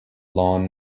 lawn